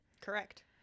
Correct